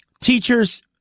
Teachers